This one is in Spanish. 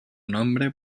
nombre